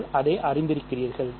நீங்கள் அதை அறிந்திருக்கிறீர்கள்